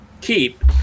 keep